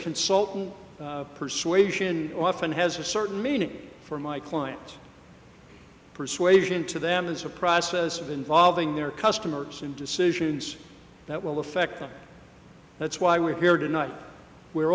consultant persuasion often has a certain meaning for my client persuasion to them is a process of involving their customers and decisions that will affect them that's why we're here tonight we're